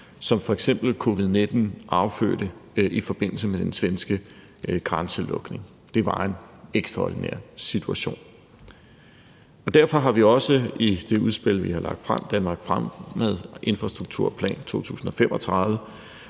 som f.eks. covid-19 affødte i forbindelse med den svenske grænselukning. Det var en ekstraordinær situation. Derfor har vi også i det udspil, vi har lagt frem, »Danmark fremad – Infrastrukturplan 2035«,